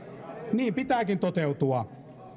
niin pitääkin toteutua